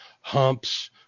humps